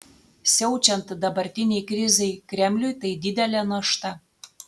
siaučiant dabartinei krizei kremliui tai didelė našta